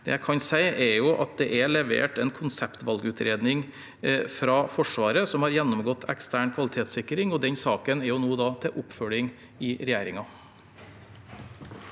Det jeg kan si, er at det er levert en konseptvalgutredning fra Forsvaret, som har gjennomgått ekstern kvalitetssikring, og den saken er nå til oppfølging i regjeringen.